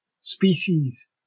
species